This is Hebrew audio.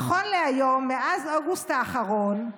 נכון להיום, מאז אוגוסט האחרון,